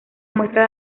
muestra